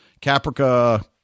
Caprica